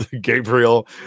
Gabriel